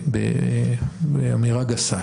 באמירה גסה,